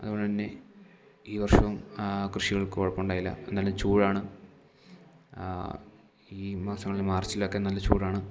അതപോലെതന്നെ ഈ വർഷവും കൃഷികൾക്ക് കുഴപ്പമുണ്ടായില്ല എന്നാലും ചൂടാണ് ഈ മാസങ്ങളിൽ മാർച്ചിലൊക്കെ നല്ല ചൂടാണ്